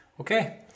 okay